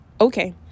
okay